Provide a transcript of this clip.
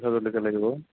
কেঁচা জলকীয়া লাগিব